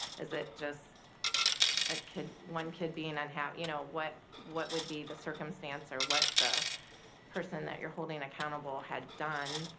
is it just ah one kid bein', and you know what what would be the circumstance, or what the person that you're holding accountable had done.